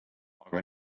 aga